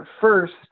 First